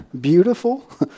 Beautiful